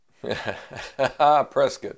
Prescott